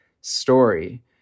story